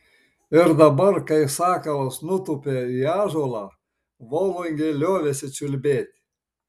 ir dabar kai sakalas nutūpė į ąžuolą volungė liovėsi čiulbėti